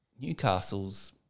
Newcastle's